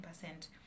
percent